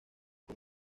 con